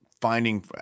finding –